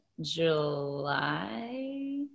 july